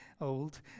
old